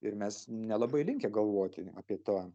ir mes nelabai linkę galvoti apie tą